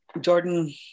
Jordan